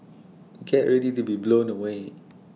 get ready to be blown away